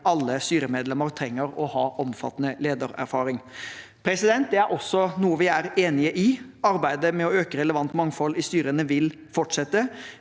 alle styremedlemmer trenger å ha omfattende ledererfaring. Det er også noe vi er enig i. Arbeidet med å øke relevant mangfold i styrene vil fortsette.